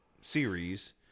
series